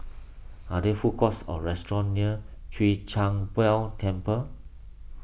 are there food courts or restaurants near Chwee Kang Beo Temple